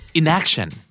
inaction